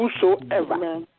Whosoever